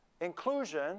inclusion